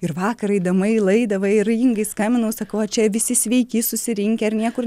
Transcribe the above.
ir vakar eidama į laidą va ir ingai skambinau sakau ar čia visi sveiki susirinkę ar niekur